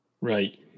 Right